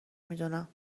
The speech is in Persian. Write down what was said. میدونم